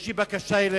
יש לי בקשה אליך: